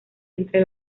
entre